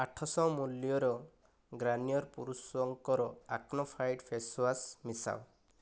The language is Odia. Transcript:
ଆଠ ଶହ ମୂଲ୍ୟର ଗାର୍ନିଅର ପୁରୁଷଙ୍କର ଆକ୍ନୋ ଫାଇଟ୍ ଫେସୱାଶ୍ ମିଶାଅ